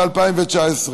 ב-2019.